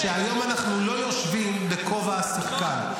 שהיום אנחנו לא יושבים בכובע השחקן,